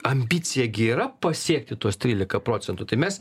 ambicija gi yra pasiekti tuos tryliką procentų tai mes